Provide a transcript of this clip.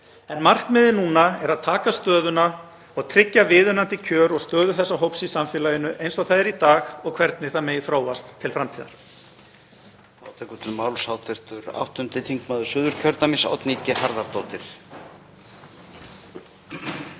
en markmiðið núna er að taka stöðuna og tryggja viðunandi kjör og stöðu þessa hóps í samfélaginu eins og það er í dag og hvernig það megi þróast til framtíðar.